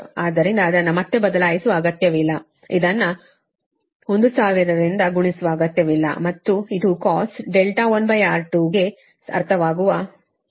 ಆದ್ದರಿಂದ ಅದನ್ನು ಮತ್ತೆ ಬದಲಾಯಿಸುವ ಅಗತ್ಯವಿಲ್ಲ ಇದನ್ನು 1000 ರಿಂದ ಗುಣಿಸುವ ಅಗತ್ಯವಿಲ್ಲ ಅಥವಾ ಇದು cos R1 ಗೆ ಅರ್ಥವಾಗುವ 1000 ಆಗಿದೆ